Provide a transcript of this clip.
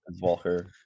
Walker